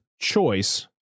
choice